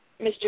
Mr